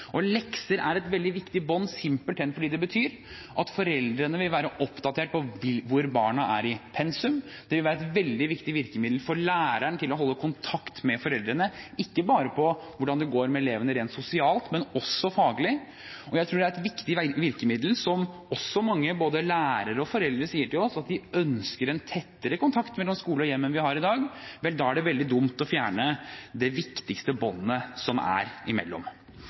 er et veldig viktig bånd, simpelthen fordi det betyr at foreldrene vil være oppdatert på hvor barna er i pensum, og det vil være et veldig viktig virkemiddel for læreren for å holde kontakt med foreldrene, ikke bare om hvordan det går med elevene rent sosialt, men også faglig. Jeg tror det er et viktig virkemiddel. Som også mange lærere og foreldre sier til oss, de ønsker en tettere kontakt mellom skole og hjem enn vi har i dag. Da er det veldig dumt å fjerne det viktigste båndet mellom skole og hjem. Til slutt må jeg bare så vidt komme innom det som